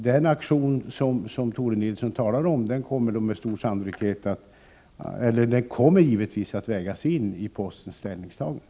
Den aktion som Tore Nilsson talar om kommer givetvis att vägas in i postens ställningstagande.